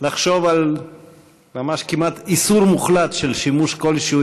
לחשוב כמעט על איסור מוחלט של שימוש כלשהו,